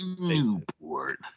Newport